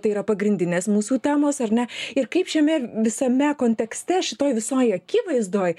tai yra pagrindinės mūsų temos ar ne ir kaip šiame visame kontekste šitoj visoj akivaizdoj